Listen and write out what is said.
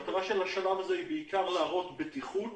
המטרה של השלב הזה היא בעיקר להראות בטיחות